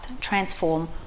transform